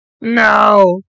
No